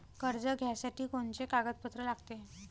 कर्ज घ्यासाठी कोनचे कागदपत्र लागते?